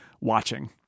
watching